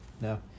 No